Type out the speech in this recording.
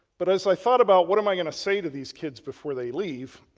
but as i thought about what am i going to say to these kids before they leave,